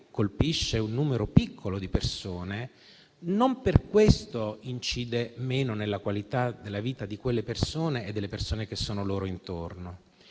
colpisce un numero piccolo di persone, non per questo incide meno nella qualità della vita di quelle persone e delle persone che sono loro intorno.